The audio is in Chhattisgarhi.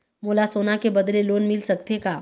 मोला सोना के बदले लोन मिल सकथे का?